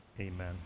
amen